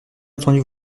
entendu